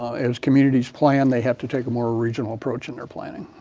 as communities plan, they have to take a more regional approach in their planning.